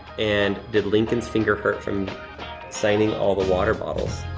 and did lincoln's finger hurt from signing all the water bottles?